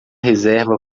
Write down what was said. reserva